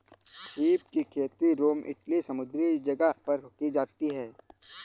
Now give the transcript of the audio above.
सीप की खेती रोम इटली समुंद्री जगह पर की जाती है